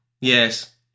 Yes